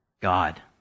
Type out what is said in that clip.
God